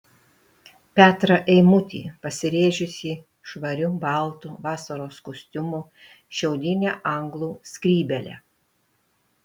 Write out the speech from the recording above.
petrą eimutį pasirėdžiusį švariu baltu vasaros kostiumu šiaudine anglų skrybėle